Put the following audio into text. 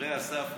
שומרי הסף נעלמו.